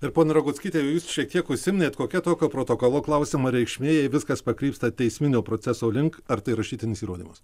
ir ponia roguckyte jūs šiek tiek užsiminėt kokia tokio protokolo klausimo reikšmė jei viskas pakrypsta teisminio proceso link ar tai rašytinis įrodymas